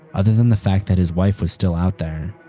other than the fact that his wife was still out there.